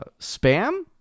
spam